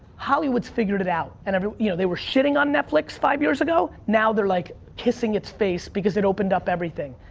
hollywood's figured it out. and i mean you know they were shitting on netflix five years ago. now they're like kissing its face because it opened up everything.